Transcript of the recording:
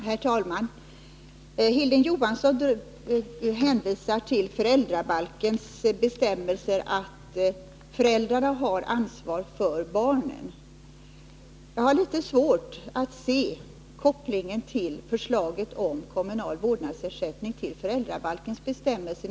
Herr talman! Hilding Johansson hänvisar till föräldrabalkens bestämmelse att föräldrarna har ansvar för barnen. Jag har litet svårt att förstå kopplingen av förslaget om kommunal vårdnadsersättning till föräldrabalkens bestämmelser.